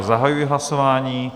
Zahajuji hlasování.